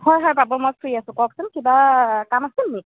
হয় হয় পাব মই ফ্ৰী আছোঁ কওকচোন কিবা কাম আছিল নেকি